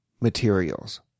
materials